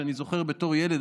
שאני זוכר בתור ילד,